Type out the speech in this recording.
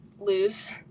lose